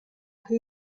who